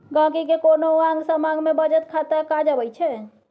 गांहिकी केँ कोनो आँग समाँग मे बचत खाता काज अबै छै